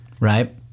right